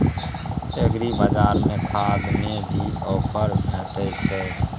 एग्रीबाजार में खाद में भी ऑफर भेटय छैय?